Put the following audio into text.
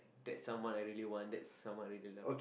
that's someone I really want that's someone I really love